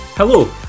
Hello